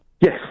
Yes